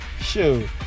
shoot